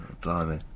Blimey